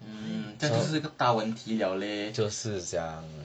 hmm 真的是个大问题 liao leh